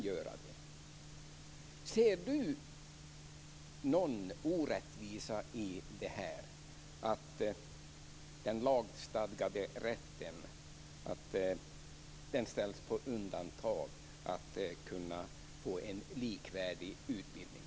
Ser Lennart Gustavsson någon orättvisa i att den lagstadgade rätten att få en likvärdig utbildning ställs på undantag?